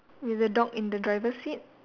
with a dog in the driver seat